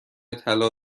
طلا